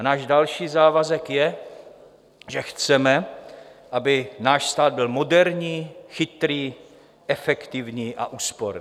Náš další závazek je, že chceme, aby náš stát byl moderní, chytrý, efektivní a úsporný.